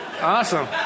Awesome